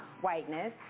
whiteness